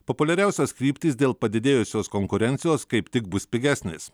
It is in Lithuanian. populiariausios kryptys dėl padidėjusios konkurencijos kaip tik bus pigesnės